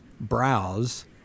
browse